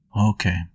okay